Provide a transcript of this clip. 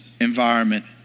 environment